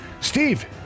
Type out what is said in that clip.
Steve